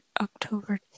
October